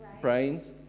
Brains